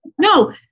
no